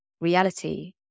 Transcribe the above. reality